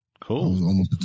Cool